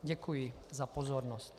Děkuji za pozornost.